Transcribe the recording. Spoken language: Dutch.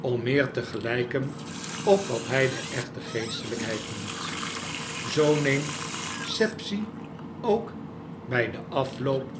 om meer te gelijken op wat hy de echte geestelykheid noemt zoo neemt sapsea ook by den afloop